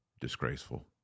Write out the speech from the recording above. disgraceful